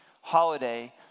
holiday